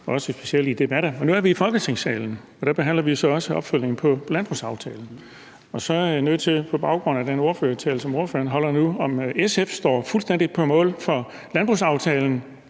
– specielt også i debatter. Men nu er vi i Folketingssalen, og der behandler vi så også opfølgningen på landbrugsaftalen, og så er jeg nødt til på baggrund af den ordførertale, som ordføreren holder nu, at høre, om SF står fuldstændig på mål for landbrugsaftalen